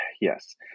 yes